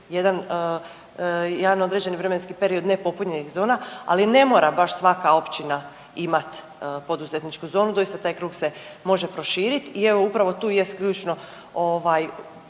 jedan određeni vremenski period nepopunjenih zona ali ne mora baš svaka općina imat poduzetničku zonu, doista taj krug se može proširit. I evo upravo tu jest ključno